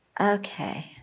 Okay